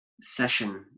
session